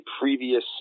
previous